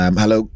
hello